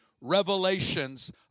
revelations